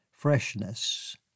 freshness